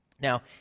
Now